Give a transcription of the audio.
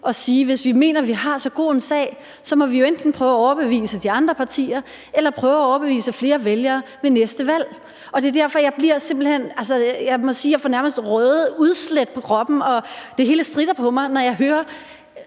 og sige: Hvis vi mener, vi har så god en sag, så må vi jo enten prøve at overbevise de andre partier eller prøve at overbevise flere vælgere ved næste valg. Jeg må sige, at jeg næsten får røde udslæt på kroppen, og at det hele stritter på mig, når jeg hører